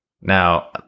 Now